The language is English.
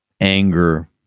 anger